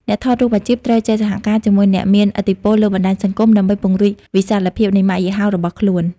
អ្នកថតរូបអាជីពត្រូវចេះសហការជាមួយអ្នកមានឥទ្ធិពលលើបណ្ដាញសង្គម ដើម្បីពង្រីកវិសាលភាពនៃម៉ាកយីហោរបស់ខ្លួន។